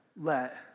let